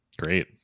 Great